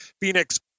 Phoenix